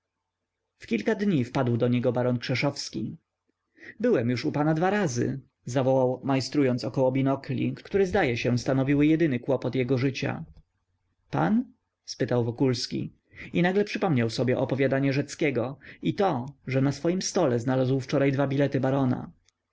kilka dni wpadł do niego baron krzeszowski byłem już u pana dwa razy zawołał majstrując około binokli które zdaje się stanowiły jedyny kłopot jego życia pan spytał wokulski i nagle przypomniał sobie opowiadanie rzeckiego i to że na swym stole znalazł wczoraj dwa bilety barona